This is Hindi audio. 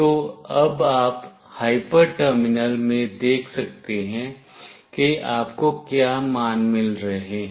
तो अब आप हाइपर टर्मिनल में देख सकते हैं कि आपको क्या मान मिल रहे हैं